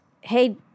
hey